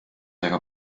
aga